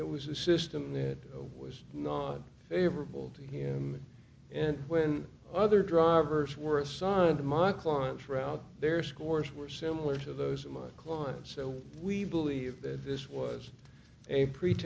it was a system that was not favorable to him and when other drivers were assigned to my client's route their scores were similar to those of my clients so we believe that this was a